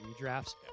redrafts